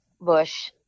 Bush